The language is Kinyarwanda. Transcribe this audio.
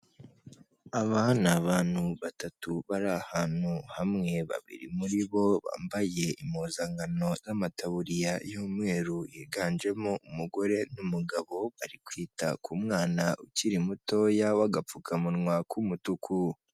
Aba ni abantu batatu bari ahantu hamwe, babiri muri bo bambaye impuzankano z'amatabuririya y'umweru biganjemo umugore n'umugabo ari kwita ku mwana ukiri muto w'agapfukamunwa k'umutuku.